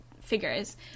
figures